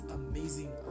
amazing